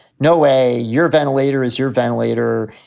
no way. your ventilator is your ventilator.